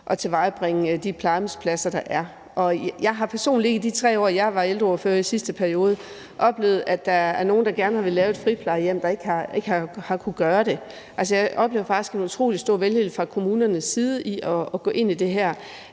at tilvejebringe de plejehjemspladser, der er, og jeg har personligt ikke i de 3 år, jeg har været ældreordfører i sidste periode, oplevet, at der er nogen, der gerne har villet lave et friplejehjem og ikke har kunnet gøre det. Altså, jeg oplever faktisk en utrolig stor velvilje fra kommunernes side til at gå ind i det her.